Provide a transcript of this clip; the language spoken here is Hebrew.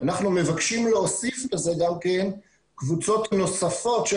אנחנו מבקשים להוסיף לזה גם קבוצות נוספות של